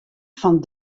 fan